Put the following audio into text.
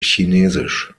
chinesisch